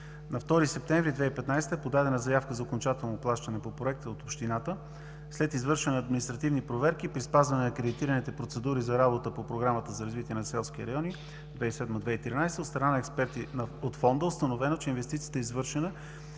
На 2 септември 2015 г. е подадена заявка за окончателно плащане по проекта от общината. След извършване на административни проверки при спазване на акредитираните процедури за работа по Програмата за развитие на селските райони 2007 – 2013 г. от страна на експерти от Фонда е установено, че инвестицията е извършена